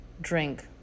drink